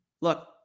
Look